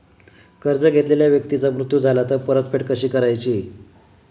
कर्ज घेतलेल्या व्यक्तीचा मृत्यू झाला तर परतफेड कशी करायची?